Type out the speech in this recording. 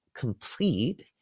complete